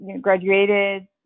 Graduated